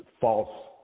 false